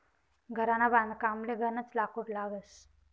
घरना बांधकामले गनज लाकूड लागस